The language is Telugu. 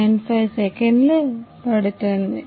95 సెకన్లు పడుతుంది